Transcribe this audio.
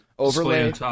Overlay